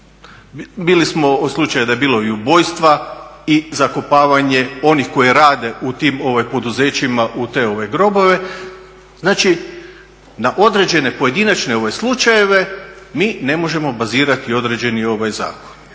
čuli smo da je bilo i ubojstva i zakopavanje onih koji rade u tim poduzećima u te grobove. Znači, na određene pojedinačne slučajeve mi ne možemo bazirati određeni zakon.